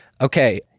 Okay